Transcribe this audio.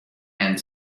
and